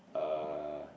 uh